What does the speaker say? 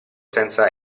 senza